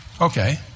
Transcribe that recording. Okay